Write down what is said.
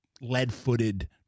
lead-footed